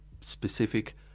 specific